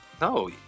no